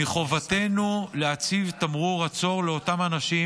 מחובתנו להציב תמרור עצור לאותם אנשים